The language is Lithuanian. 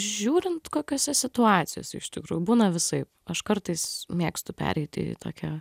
žiūrint kokiose situacijose iš tikrųjų būna visaip aš kartais mėgstu pereiti į tokią